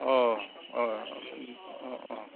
अ अ अ अ